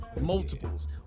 Multiples